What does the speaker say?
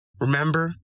Remember